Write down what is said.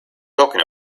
talking